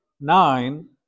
nine